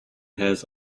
has